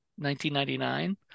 1999